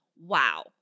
wow